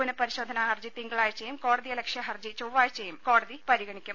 പുനപരിശോധനാ ഹർജി തിങ്കളാഴ്ചയും കോടതിയലക്ഷ്യ ഹർജി ചൊവ്വാഴ്ചയും കോടതി പരിഗണിക്കും